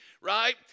right